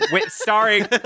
starring